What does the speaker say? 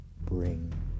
bring